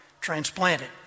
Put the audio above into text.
transplanted